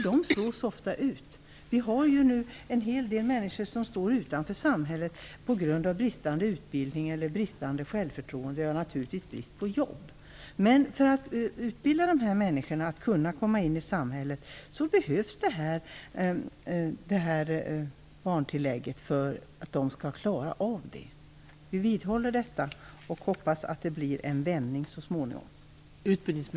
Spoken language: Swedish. De slås ofta ut. Vi har nu en hel del människor som står utanför samhället på grund av bristande utbildning eller bristande självförtroende. Vi har naturligtvis brist på jobb. Men för att utbilda de här människorna så att de kan komma in i samhället behövs barntillägget. Det behövs för att de skall klara av det. Vi vidhåller detta och hoppas på en vändning så småningom.